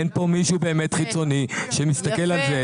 אין כאן מישהו באמת חיצוני שמסתכל על זה